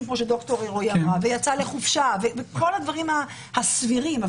ואחרי שהוא יצא לחופשה וכל הדברים הסבירים,